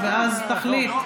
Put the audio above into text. ואז תחליט,